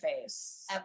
face